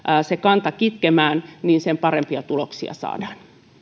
se kanta kitkemään sen parempia tuloksia saadaan